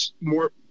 more